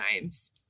times